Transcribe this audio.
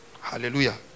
Hallelujah